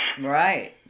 Right